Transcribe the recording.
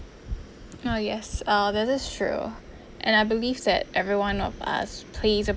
oh yes uh that is true and I believe that everyone of us plays a